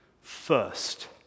first